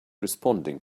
responding